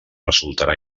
resultarà